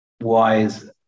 wise